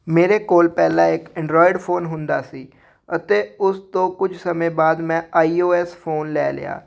ਮੇਰੇ ਕੋਲ ਪਹਿਲਾਂ ਇੱਕ ਐਂਡਰਾਇਡ ਫੋਨ ਹੁੰਦਾ ਸੀ ਅਤੇ ਉਸ ਤੋਂ ਕੁਝ ਸਮੇਂ ਬਾਅਦ ਮੈਂ ਆਈ ਓ ਐਸ ਫੋਨ ਲੈ ਲਿਆ